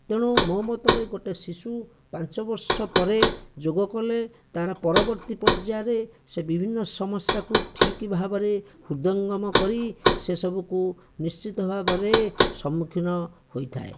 ତେଣୁ ମୋ ମତରେ ଗୋଟେ ଶିଶୁ ପାଞ୍ଚ ବର୍ଷ ପରେ ଯୋଗ କଲେ ତାର ପରବର୍ତ୍ତୀ ପର୍ଯ୍ୟାୟରେ ସେ ବିଭିନ୍ନ ସମସ୍ୟାକୁ ଠିକ ଭାବରେ ହୃଦଙ୍ଗମ କରି ସେସବୁକୁ ନିଶ୍ଚିତ ଭାବରେ ସମ୍ମୁଖୀନ ହୋଇଥାଏ